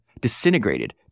disintegrated